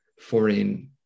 foreign